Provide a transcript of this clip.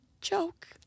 joke